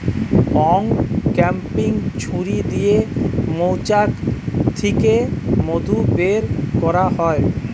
uncapping ছুরি দিয়ে মৌচাক থিকে মধু বের কোরা হয়